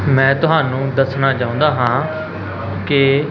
ਮੈਂ ਤੁਹਾਨੂੰ ਦੱਸਣਾ ਚਾਹੁੰਦਾ ਹਾਂ ਕਿ